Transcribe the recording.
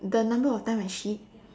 the number of time I shit